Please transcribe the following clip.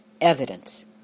evidence